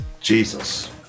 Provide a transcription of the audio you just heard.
Jesus